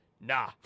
nah